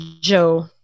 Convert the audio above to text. Joe